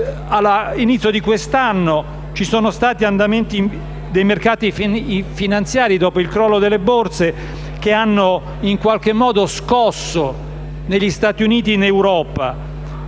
all'inizio di quest'anno, ci sono stati andamenti dei mercati finanziari, dopo il crollo delle borse, che hanno scosso le attività finanziarie negli Stati Uniti e in Europa.